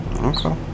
Okay